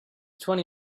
twenty